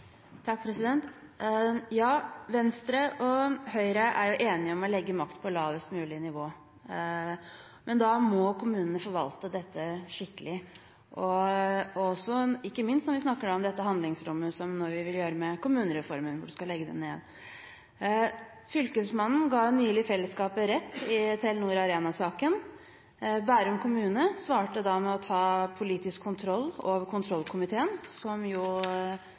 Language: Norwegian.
Ja, Venstre og Høyre er enige om å legge makt på lavest mulig nivå, men da må kommunene forvalte denne makten skikkelig, ikke minst når vi snakker om dette handlingsrommet i kommunene. Fylkesmannen ga nylig fellesskapet rett i Telenor Arena-saken. Bærum kommune svarte da med å ta politisk kontroll over kontrollkomiteen, som jo